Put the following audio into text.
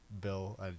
Bill